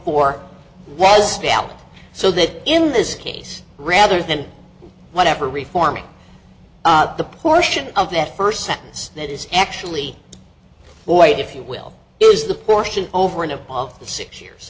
four was valid so that in this case rather than whatever reforming the portion of that first sentence that is actually void if you will is the portion over and above the six years